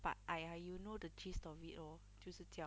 but !aiya! you know the gist of it lor 就是这样